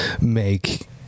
make